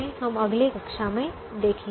हम अगली कक्षा में देखेंगे